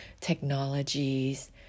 technologies